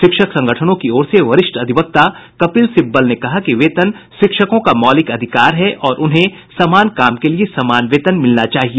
शिक्षक संगठनों की ओर से वरिष्ठ अधिवक्ता कपिल सिब्बल ने कहा कि वेतन शिक्षकों का मौलिक अधिकार है और उन्हें समान काम के लिए समान वेतन मिलना चाहिए